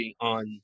on